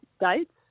dates